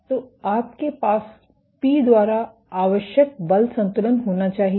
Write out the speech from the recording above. तो आपके पास पी द्वारा आवश्यक बल संतुलन होना चाहिए